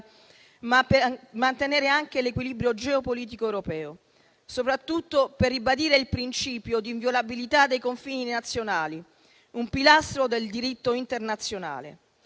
ma per mantenere anche l'equilibrio geopolitico europeo, soprattutto per ribadire il principio di inviolabilità dei confini nazionali; un pilastro del diritto internazionale.